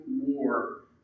war